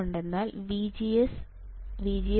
എന്തുകൊണ്ടെന്നാൽ VGSVGS2